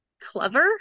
clever